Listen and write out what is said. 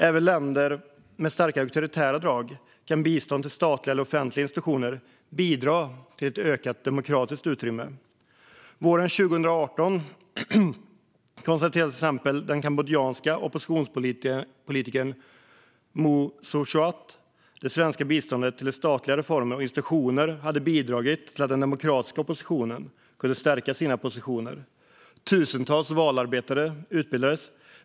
Även i länder med starka auktoritära drag kan bistånd till statliga eller offentliga institutioner bidra till ett ökat demokratiskt utrymme. Våren 2018 konstaterade till exempel den kambodjanska oppositionspolitikern Mu Sochua att det svenska biståndet till statliga reformer och institutioner hade bidragit till att den demokratiska oppositionen kunde stärka sina positioner. Tusentals valarbetare utbildades.